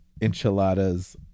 enchiladas